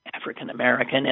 African-American